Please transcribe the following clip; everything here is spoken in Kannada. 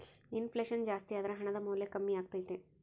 ಇನ್ ಫ್ಲೆಷನ್ ಜಾಸ್ತಿಯಾದರ ಹಣದ ಮೌಲ್ಯ ಕಮ್ಮಿಯಾಗತೈತೆ